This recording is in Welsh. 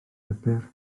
pupur